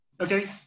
Okay